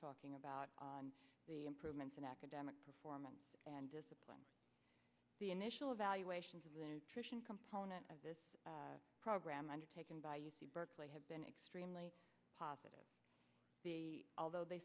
talking about on the improvements in academic performance and discipline the initial evaluations of the nutrition component of this program undertaken by u c berkeley have been extremely positive although they